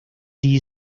the